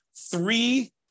three